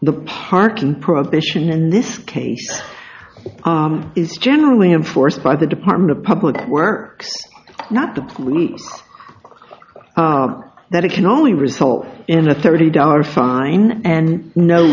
the parking prohibition in this case is generally enforced by the department of public works not the police that it can only result in a thirty dollar fine and no